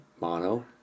mono